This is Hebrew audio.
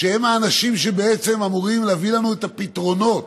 שהם האנשים שבעצם אמורים להביא לנו את הפתרונות,